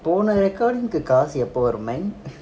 போன:pona recording குகாசுஎப்பவரும்:ku kasu eppa varum man